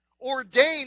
ordained